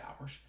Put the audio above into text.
hours